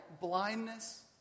blindness